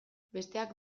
besteak